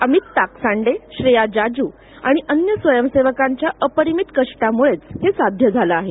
अमित ताकसांडे श्रेया जाजु आणि अन्य स्वयसेवकांच्या अपरिमित कष्टामुळेच हे साध्य झालं आहे